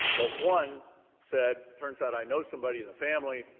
but one said, turns out i know somebody in the family.